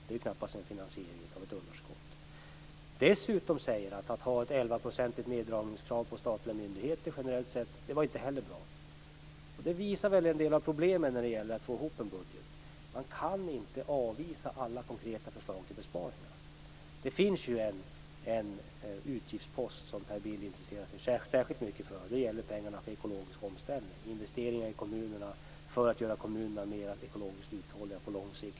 Det är knappast en finansiering av ett underskott. Dessutom säger han att ett generellt 11-procentigt neddragningskrav på statliga myndigheter inte heller är bra. Det visar en del av problemen när det gäller att få ihop en budget. Man kan inte avvisa alla konkreta förslag till besparingar. Det finns en utgiftspost som Per Bill intresserar sig särskilt mycket för. Det gäller pengarna för ekologisk omställning, dvs. investeringar i kommunerna för att göra kommunerna mera ekologiskt uthålliga på lång sikt.